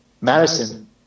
Madison